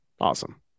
Awesome